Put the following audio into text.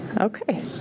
Okay